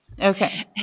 Okay